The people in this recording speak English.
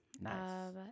Nice